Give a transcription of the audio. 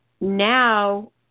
now